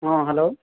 ହଁ ହ୍ୟାଲୋ